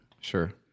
Sure